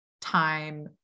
time